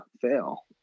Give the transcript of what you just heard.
fail